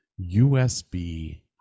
USB